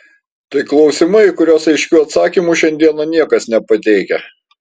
tai klausimai į kuriuos aiškių atsakymų šiandieną niekas nepateikia